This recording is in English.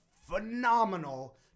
phenomenal